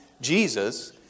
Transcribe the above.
Jesus